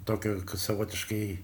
tokio savotiškai